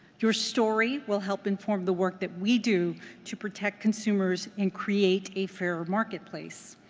your story will help inform the work that we do to protect consumers and create a fair marketplace.